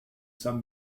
some